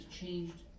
changed